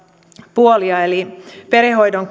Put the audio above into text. puolia eli perhehoidon